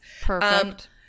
Perfect